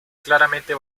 claramente